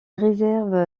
réserve